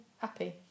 Happy